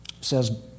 says